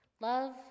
Love